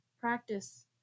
practice